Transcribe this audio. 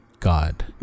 God